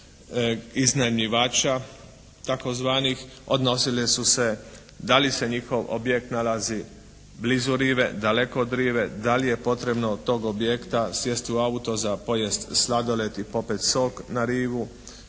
iznajmljivača tzv. odnosili su se da li se njihov objekt nalazi blizu rive, daleko od rive, da li je potrebno od tog objekta sjesti u auto za pojesti sladoled i popiti sok na rivu,